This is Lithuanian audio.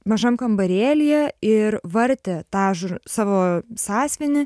mažam kambarėlyje ir vartė tą žo savo sąsiuvinį